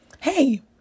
Hey